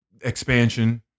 expansion